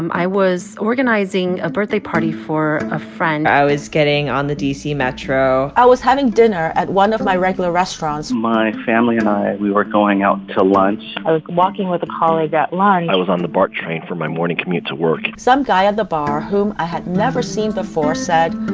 um i was organizing a birthday party for a friend i was getting on the d c. metro i was having dinner at one of my regular restaurants my family and i we were going out to lunch i was walking with a colleague at lunch i was on the bart train for my morning commute to work some guy at the bar, whom i had never seen before, said,